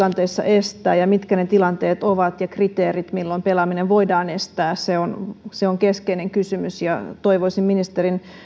tilanteissa estää ja mitkä ovat ne tilanteet ja kriteerit milloin pelaaminen voidaan estää se on se on keskeinen kysymys ja toivoisin ministerin